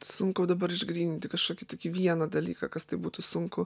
sunku dabar išgryninti kažkokį tokį vieną dalyką kas tai būtų sunku